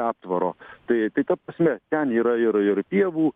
aptvaro tai ta prasme ten yra ir ir pievų